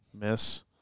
miss